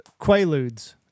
quaaludes